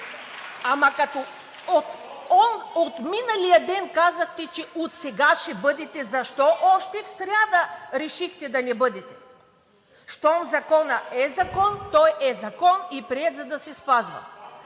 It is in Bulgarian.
ама, като от миналия ден казахте, че отсега ще бъдете, защо още в сряда решихте да не бъдете? Щом законът е закон, той е закон и е приет, за да се спазва.